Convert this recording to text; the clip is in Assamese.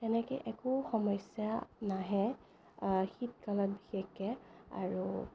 তেনেকৈ একো সমস্যা নাহে শীতকালত বিশেষকৈ আৰু